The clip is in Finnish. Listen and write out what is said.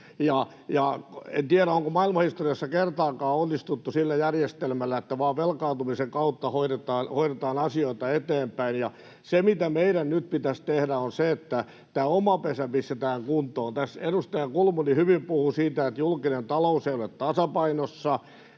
en tiedä, onko maailmanhistoriassa kertaakaan onnistuttu sillä järjestelmällä, että vain velkaantumisen kautta hoidetaan asioita eteenpäin. Se, mitä meidän nyt pitäisi tehdä, on se, että tämä oma pesä pistetään kuntoon. Tässä edustaja Kulmuni hyvin puhui siitä, että julkinen talous ei ole tasapainossa.